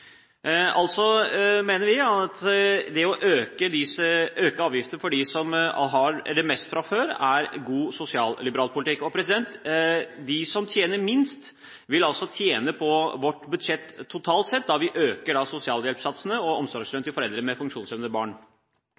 mener at det å øke avgiftene for dem som har mest fra før, er god sosialliberal politikk. De som tjener minst, vil altså tjene på vårt budsjett totalt sett, da vi øker sosialhjelpssatsene og omsorgslønnen til foreldre med funksjonshemmede barn.